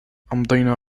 أمضينا